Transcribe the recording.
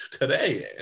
today